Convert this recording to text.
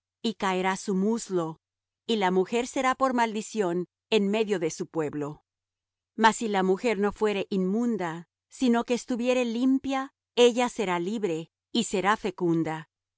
y caerá su muslo y la mujer será por maldición en medio de su pueblo mas si la mujer no fuere inmunda sino que estuviere limpia ella será libre y será fecunda